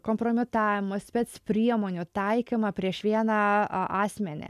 kompromitavimo specpriemonių taikymą prieš vieną asmenį